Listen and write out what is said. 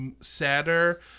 sadder